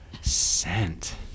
scent